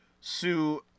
sue